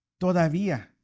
todavía